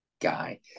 guy